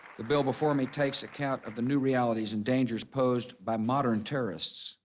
the bill before me takes account of the new realities and dangers posed by modern terrorists.